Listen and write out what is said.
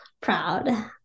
proud